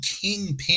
kingpin